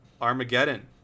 Armageddon